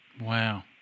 Wow